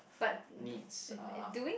needs are